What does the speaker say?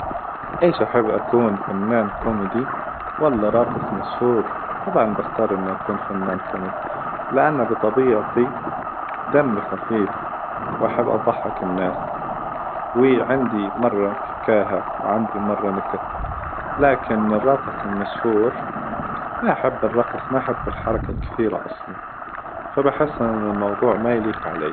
إيش أحب أكون فنان كوميدي ولا راقص مشهور؟ طبعا باختار إني أكون فنان كوميدي، لأن بطبيعتي دمي خفيف، وأحب أظحك الناس وعندي مرة فكاهة وعندي مرة نكت، لكن الراقص المشهور ما أحب الرقص ما أحب الحركة الكثيرة أصلا، فبحس إن الموظوع ما يليق علي.